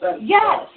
Yes